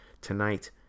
tonight